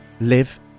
live